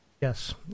Yes